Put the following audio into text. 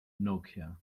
nokia